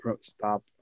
stop